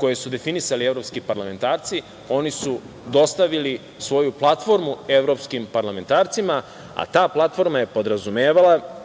koji su definisali evropski parlamentarci, oni su dostavili svoju platformu evropskim parlamentarcima, a ta platforma je podrazumevala